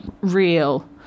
real